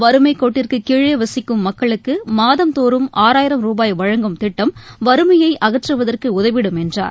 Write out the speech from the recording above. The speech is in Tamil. வறுமைப்கோட்டிற்கு கீழே வசிக்கும் மக்களுக்கு மாதந்தோறும் ஆறாயிரம் ரூபாய் வழங்கும் திட்டம் வறுமையை அகற்றுவதற்கு உதவிடும் என்றார்